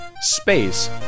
space